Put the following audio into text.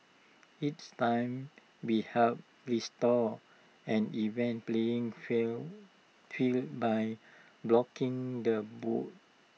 it's time we help restore an even playing field field by blocking the bots